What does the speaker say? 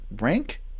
rank